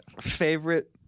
Favorite